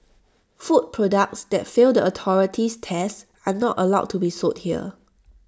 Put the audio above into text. food products that fail the authority's tests are not allowed to be sold here